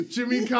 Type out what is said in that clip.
Jimmy